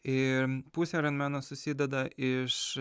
ir pusė aironmeno susideda iš